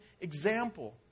example